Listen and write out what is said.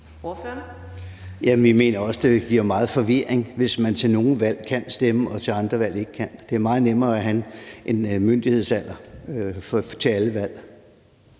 Vi mener også, det giver meget forvirring, hvis man til nogle valg kan stemme og til andre valg ikke kan. Det er meget nemmere at have en myndighedsalder for alle valg.